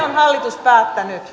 on hallitus päättänyt